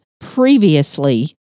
previously